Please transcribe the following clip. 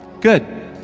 Good